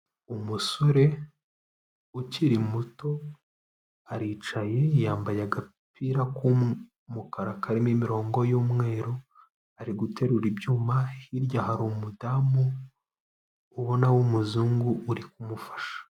Umusore ukiri muto, aricaye yambaye agapira k'umukara karimo imirongo y'umweru, ari guterura ibyuma, hirya hari umudamu, ubona w'umuzungu uri kumufasha.